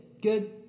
good